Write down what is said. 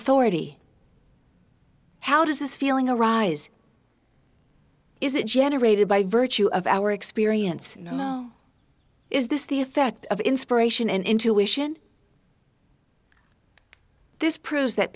authority how does this feeling arise is it generated by virtue of our experience is this the effect of inspiration and intuition this proves that